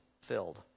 filled